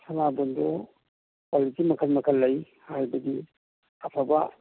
ꯁꯅꯥꯕꯨꯟꯗꯨ quality ꯃꯈꯜ ꯃꯈꯜ ꯂꯩ ꯍꯥꯏꯕꯗꯤ ꯑꯐꯕ